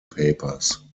papers